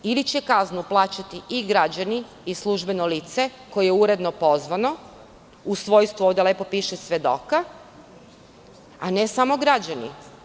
Ili će kaznu plaćati i građani i službeno lice koje je uredno pozvano u svojstvu, ovde lepo piše, svedoka, a ne samo građani?